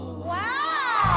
wow!